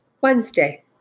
Wednesday